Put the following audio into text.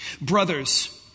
Brothers